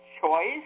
choice